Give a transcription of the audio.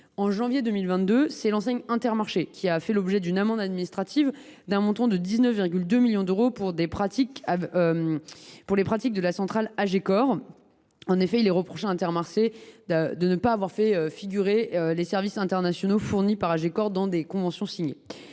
de janvier 2022, c’est l’enseigne Intermarché qui a fait l’objet d’une amende administrative d’un montant de 19,2 millions d’euros pour les pratiques de la centrale AgeCore. Il était reproché à Intermarché de ne pas avoir fait figurer les services internationaux fournis par AgeCore dans des conventions signées.